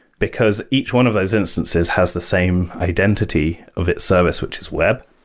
because each one of those instances has the same identity of its service, which is web.